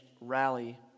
rally